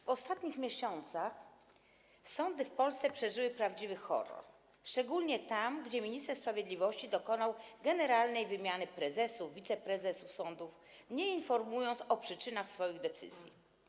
W ostatnich miesiącach sądy w Polsce przeżyły prawdziwy horror, szczególnie tam, gdzie minister sprawiedliwości dokonał generalnej wymiany prezesów, wiceprezesów sądów, nie informując o przyczynach swoich decyzji.